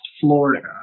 Florida